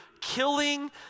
killing